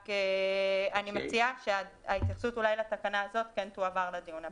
אני רק מציעה שההתייחסות לתקנה הזו כן תועבר לדיון הבא.